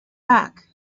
back